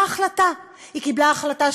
תודה רבה.